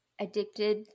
addicted